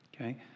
Okay